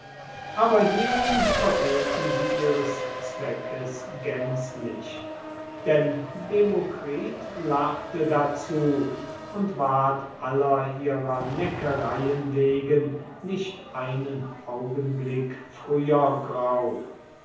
zum unglück verfehlten sie darin ihres zweckes gänzlich denn demokritus lachte dazu und wurde aller ihrer neckereien wegen nicht einen augenblick früher grau